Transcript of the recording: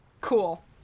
Cool